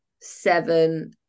seven